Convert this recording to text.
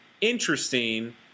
interesting